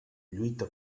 lluita